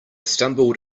stumbled